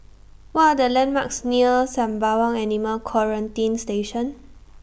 What Are The landmarks near Sembawang Animal Quarantine Station